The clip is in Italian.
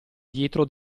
dietro